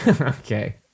okay